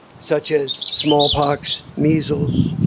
such as smallpox, measles,